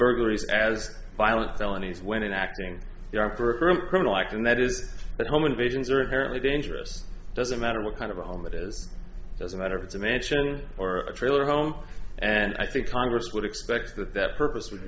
burglaries as violent felonies when in acting for criminal act and that is at home invasions are inherently dangerous it doesn't matter what kind of a home it is doesn't matter if it's a mansion or a trailer home and i think congress would expect that that purpose would